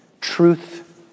truth